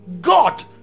God